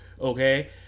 Okay